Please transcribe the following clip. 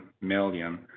million